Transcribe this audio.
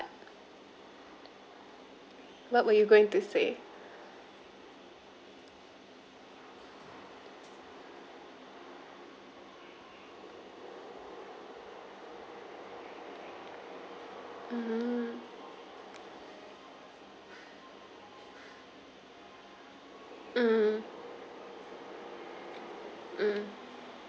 what ware you going to say hmm mm mm